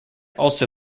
also